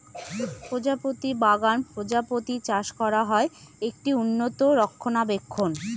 প্রজাপতি বাগান প্রজাপতি চাষ করা হয়, একটি উন্নত রক্ষণাবেক্ষণ